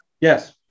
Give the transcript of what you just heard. Yes